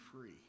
free